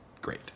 great